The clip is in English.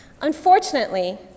Unfortunately